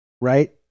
right